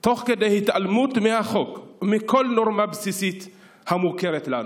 תוך כדי התעלמות מהחוק ומכל נורמה בסיסית המוכרת לנו.